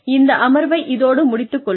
இந்த அமர்வை இதோடு முடித்துக் கொள்வோம்